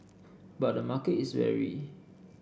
but the market is wary